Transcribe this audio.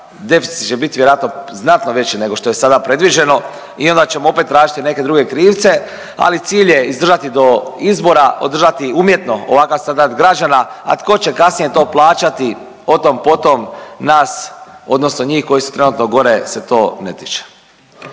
deficit će biti vjerojatno znatno veći nego što je sada predviđeno i onda ćemo opet tražiti neke druge krivce. Ali cilj je izdržati do izbora, održati umjetno ovakav standard građana, a tko će kasnije to plaćati o tom, po tom. Nas, odnosno njih koji su trenutno gore se to ne tiče.